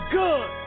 good